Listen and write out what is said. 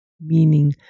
meaning